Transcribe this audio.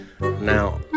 Now